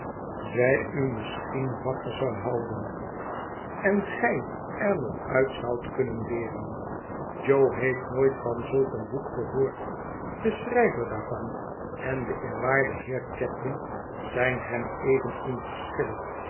zij u misschien wel wakker zou houden en gij er nog uit zoudt kunnen leeren jo heeft nooit van zulk een boek gehoord de schrijver daarvan en de eerwaarde heer chadband zijn hem even